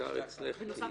לכולכן בהצלחה.